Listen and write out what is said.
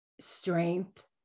strength